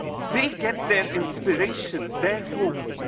they get their inspiration, their hope,